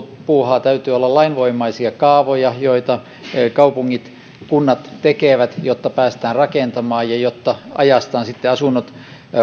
puuhaa täytyy olla lainvoimaisia kaavoja joita kaupungit ja kunnat tekevät jotta päästään rakentamaan ja jotta ajastaan asunnot